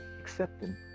accepting